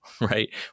right